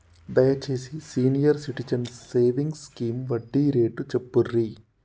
దయచేసి senior citizens savings scheme వడ్డీ rate చెప్పుర్రి